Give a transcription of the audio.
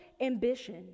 ambition